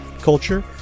culture